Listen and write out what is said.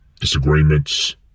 disagreements